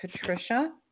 Patricia